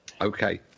Okay